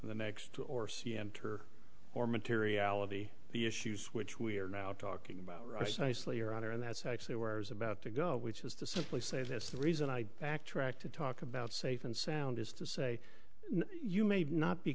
the next two or c m tour or materiality the issues which we are now talking about rush nicely your honor and that's actually where is about to go which is to simply say that's the reason i backtracked to talk about safe and sound is to say you may not be